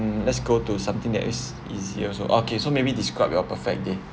let's go to something that is easier so okay so maybe describe your perfect day